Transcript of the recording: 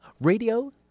radio